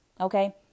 okay